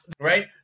Right